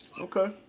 Okay